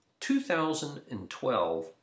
2012